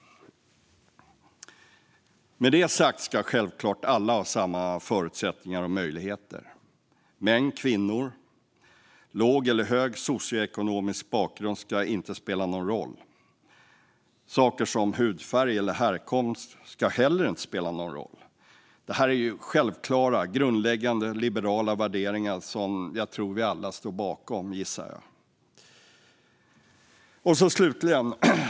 Med det sagt ska självklart alla ha samma förutsättningar och möjligheter: män och kvinnor, olika socioekonomiska bakgrunder - det ska inte spela någon roll. Saker som hudfärg eller härkomst ska självklart inte heller spela någon roll. Det här är ju självklara, grundläggande liberala värderingar som vi alla står bakom, gissar jag. Herr ålderspresident!